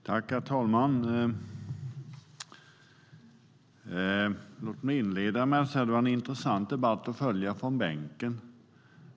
Herr talman! Låt mig inleda med att säga att det var intressant att följa debatten från bänken.